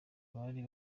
bari